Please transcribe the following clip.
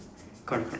connected